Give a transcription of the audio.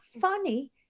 funny